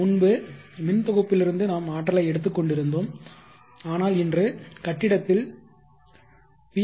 முன்பு மின் தொகுப்பிலிருந்து நாம் ஆற்றலை எடுத்துக் கொண்டிருந்தோம் ஆனால் இன்று கட்டிடத்தில் பி